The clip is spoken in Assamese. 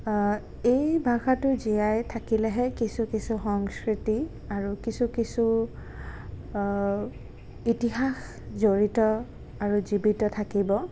এই ভাষাটো জীয়াই থাকিলেহে কিছু কিছু সংস্কৃতি আৰু কিছু কিছু ইতিহাস জড়িত আৰু জীৱিত থাকিব